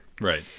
Right